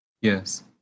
Yes